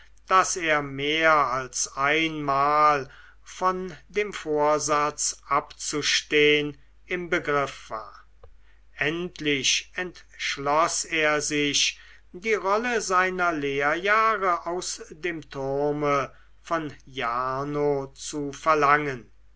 daß er mehr als einmal von dem vorsatz abzustehn im begriff war endlich entschloß er sich die rolle seiner lehrjahre aus dem turme von jarno zu verlangen